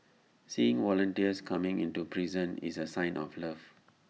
seeing volunteers coming into prison is A sign of love